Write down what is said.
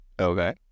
Okay